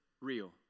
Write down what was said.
real